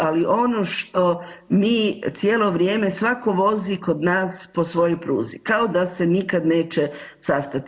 Ali ono što mi cijelo vrijeme svako vozi kod nas po svojoj pruzi kao da se nikad neće sastati.